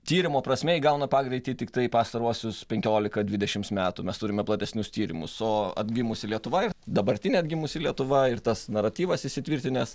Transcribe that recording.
tyrimo prasme įgauna pagreitį tiktai pastaruosius penkiolika dvidešims metų mes turime platesnius tyrimus o atgimusi lietuva ir dabartinė atgimusi lietuva ir tas naratyvas įsitvirtinęs